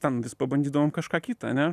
ten vis pabandydavom kažką kita ane